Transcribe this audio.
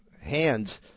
hands